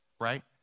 right